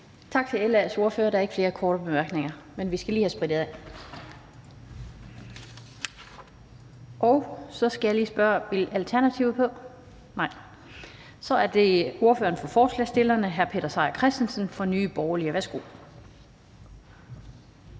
Tak til LA's ordfører. Der er ikke flere korte bemærkninger. Men vi skal lige have sprittet af. Så skal jeg lige spørge: Vil Alternativet på? Nej. Så er det ordføreren for forslagsstillerne, hr. Peter Seier Christensen, fra Nye Borgerlige. Værsgo. Kl.